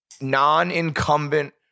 non-incumbent